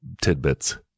tidbits